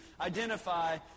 identify